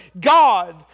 God